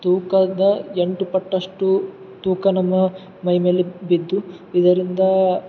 ತೂಕದ ಎಂಟು ಪಟ್ಟಷ್ಟು ತೂಕ ನಮ್ಮ ಮೈ ಮೇಲೆ ಬಿದ್ದು ಇದರಿಂದ